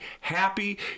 happy